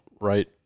right